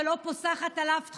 שלא פוסחת על אף תחום,